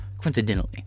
coincidentally